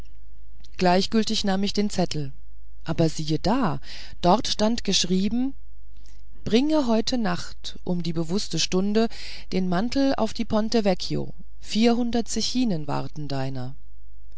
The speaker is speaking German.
gleichgültig nahm ich den zettel aber siehe da dort stand geschrieben bringe heute nacht um die bewußte stunde den mantel auf die ponte vecchio vierhundert zechinen warten deiner